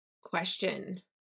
question